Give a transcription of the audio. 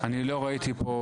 אני לא ראיתי אותו,